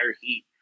heat